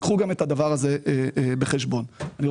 אתה